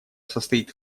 состоит